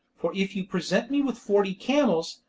for if you present me with forty camels,